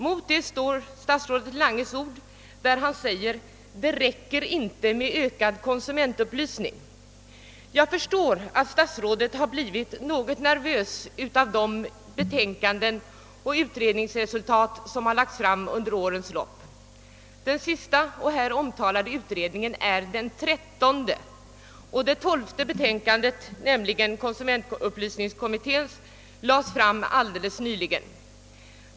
Mot det står statsrådet Langes ord, när han säger att det inte räcker med ökad konsumentupplysning. Jag förstår att statsrådet har blivit litet nervös på grund av de betänkanden och utredningsresultat som har lagts fram under årens lopp. Den sista och här omtalade utredningen är den trettonde. Det tolfte betänkandet, nämligen konsumentupplysningskommitténs <betänkande, lades fram alldeles nyligen.